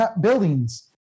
buildings